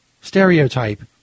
stereotype